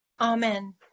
Amen